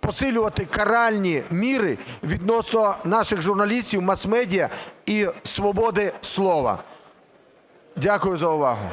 посилювати каральні міри відносно наших журналістів, масмедіа і свободи слова? Дякую за увагу.